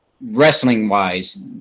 wrestling-wise